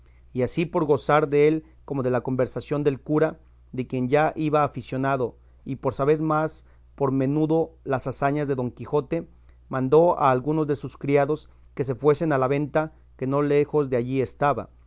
y así por gozar dél como de la conversación del cura de quien ya iba aficionado y por saber más por menudo las hazañas de don quijote mandó a algunos de sus criados que se fuesen a la venta que no lejos de allí estaba